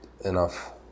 enough